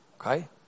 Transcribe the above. Okay